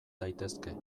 daitezke